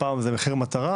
פעם זה "מחיר מטרה",